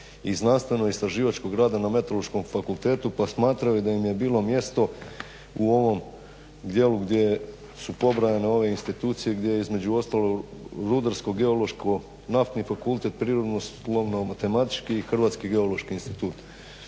i znanstveno istraživačkog rada na Meteorološkom fakultetu pa smatraju da im je bilo mjesto u ovom dijelu gdje su pobrojene ove institucije gdje između ostalog Rudarsko-geološko, Naftni fakultet, Prirodoslovno-matematički, Hrvatski geološki institut